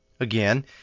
Again